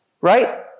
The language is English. right